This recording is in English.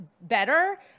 better